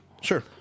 Sure